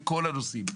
בכל הנושאים.